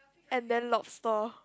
and then lobster